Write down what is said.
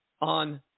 on